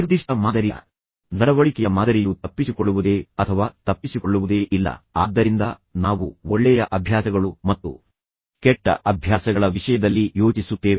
ನಿರ್ದಿಷ್ಟ ಮಾದರಿಯ ನಡವಳಿಕೆಯ ಮಾದರಿಯು ತಪ್ಪಿಸಿಕೊಳ್ಳುವುದೇ ಅಥವಾ ತಪ್ಪಿಸಿಕೊಳ್ಳುವುದೇ ಇಲ್ಲ ಆದ್ದರಿಂದ ನಾವು ಒಳ್ಳೆಯ ಅಭ್ಯಾಸಗಳು ಮತ್ತು ಕೆಟ್ಟ ಅಭ್ಯಾಸಗಳ ವಿಷಯದಲ್ಲಿ ಯೋಚಿಸುತ್ತೇವೆ